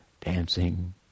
dancing